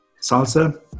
salsa